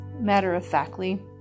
matter-of-factly